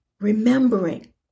Remembering